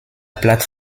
plate